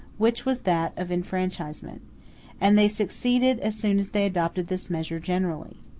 which was that of affranchisement and they succeeded as soon as they adopted this measure generally.